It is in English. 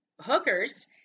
hookers